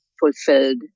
fulfilled